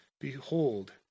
Behold